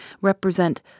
represent